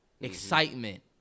excitement